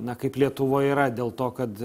na kaip lietuvoj yra dėl to kad